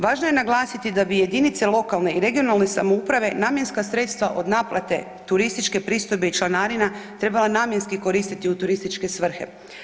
Važno je naglasiti da bi jedinice lokalne i regionalne samouprave namjenska sredstva od naplate turističke pristojbe i članarina trebala namjenski koristiti u turističke svrhe.